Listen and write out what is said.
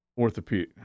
orthopedic